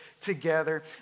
together